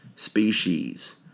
Species